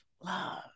love